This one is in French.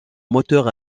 moteur